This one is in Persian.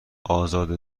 ازاده